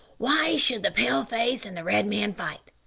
why should the pale-face and the red-man fight?